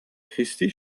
christi